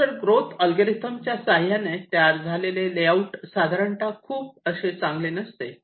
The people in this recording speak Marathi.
क्लस्टर ग्रोथ अल्गोरिदम च्या सहाय्याने तयार झालेले लेआउट साधारणतः खूप असे चांगले नसते